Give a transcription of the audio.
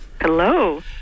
Hello